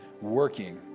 working